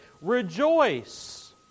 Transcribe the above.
Rejoice